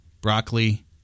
broccoli